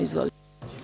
Izvolite.